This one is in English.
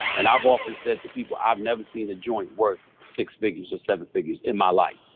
and i've often said to people, i've never seen a joint worth six figures or seven figures in my life.